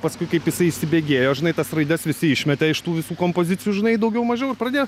paskui kaip jisai įsibėgėjo žinai tas raides visi išmetė iš tų visų kompozicijų žinai daugiau mažiau ir pradėjo